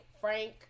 frank